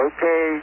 Okay